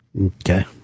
Okay